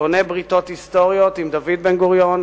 בונה בריתות היסטוריות עם דוד בן-גוריון,